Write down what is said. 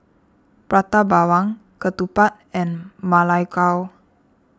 Prata Bawang Ketupat and Ma Lai Gao